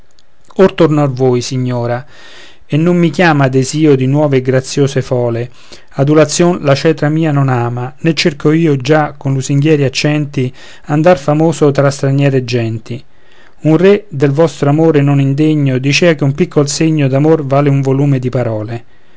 torno a voi signora e non mi chiama desio di nuove e graziose fole adulazion la cetra mia non ama né cerco io già con lusinghieri accenti andar famoso tra straniere genti un re del vostro amore non indegno dicea che un piccol segno d'amor vale un volume di parole